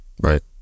right